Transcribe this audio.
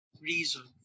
reason